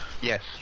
Yes